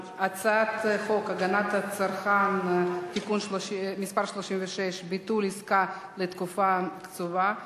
הצעת חוק הגנת הצרכן (תיקון מס' 36) (ביטול עסקה לתקופה קצובה),